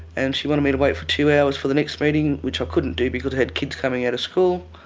and she wanted me to wait for two hours for the next meeting which i couldn't do because i had kids coming out of school,